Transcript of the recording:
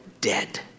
dead